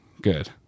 Good